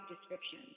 description